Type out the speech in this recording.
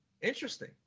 interesting